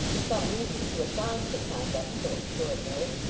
some reason to assign for conduct so extraordinary,